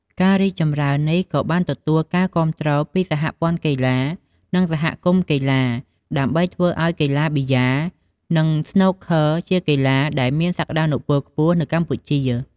ការរីកចម្រើននេះក៏បានទទួលការគាំទ្រពីសហព័ន្ធកីឡា និងសហគមន៍កីឡាករ ដើម្បីធ្វើឲ្យកីឡាប៊ីយ៉ា និងស្នូកឃ័រជាកីឡាដែលមានសក្តានុពលខ្ពស់នៅកម្ពុជា។